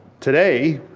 today,